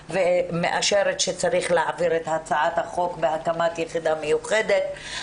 ומאשרת שצריך להעביר את הצעת החוק על הקמת יחידה מיוחדת,